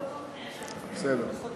בסדר.